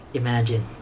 imagine